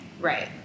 right